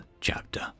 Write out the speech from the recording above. chapter